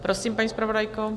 Prosím, paní zpravodajko.